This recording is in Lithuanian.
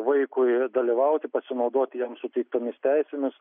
vaikui dalyvauti pasinaudoti jam suteiktomis teisėmis